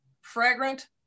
fragrant